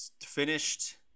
finished